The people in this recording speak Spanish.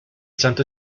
santo